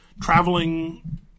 traveling